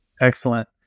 excellent